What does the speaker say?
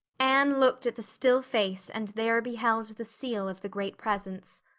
anne looked at the still face and there beheld the seal of the great presence.